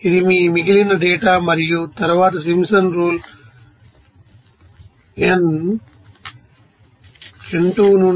ఇది మీ మిగిలిన డేటా మరియు తరువాత సింప్సన్స్ రూల్ n 2 నుంచి 1